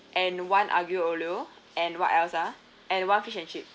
and one aglio-olio and what else ah and one fish and chip